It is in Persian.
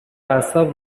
اعصاب